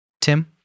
Tim